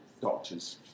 doctors